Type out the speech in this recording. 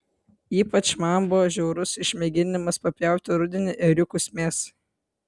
ypač man buvo žiaurus išmėginimas papjauti rudenį ėriukus mėsai